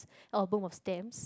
album of stamps